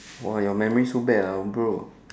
!wah! your memory so bad ah bro